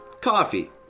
coffee